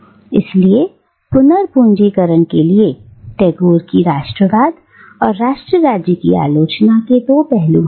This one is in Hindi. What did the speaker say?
इसलिए पुनर्पूंजीकरण के लिए टैगोर की राष्ट्रवाद और राष्ट्र राज्य की आलोचना के दो पहलू हैं